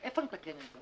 אז איפה נתקן את זה?